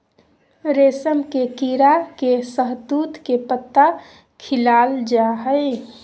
रेशम के कीड़ा के शहतूत के पत्ता खिलाल जा हइ